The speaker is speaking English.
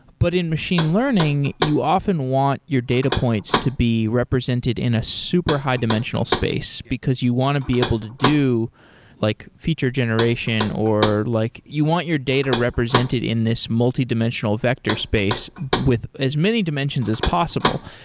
but in machine learning, you often want your data points to be represented in a super high-dimensional space, because you want to be able to do like feature generation, or like you want your data represented in this multi-dimensional vector space with as many dimensions as possible.